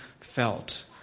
felt